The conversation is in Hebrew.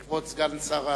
כבוד סגן שר הבריאות,